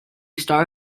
star